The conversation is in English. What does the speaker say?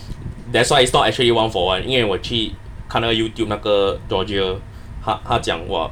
that's why it's not actually one for one 因为我去看那个 youtube 那个 georgia 她她讲 !wah!